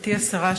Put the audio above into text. גברתי השרה,